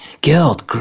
guilt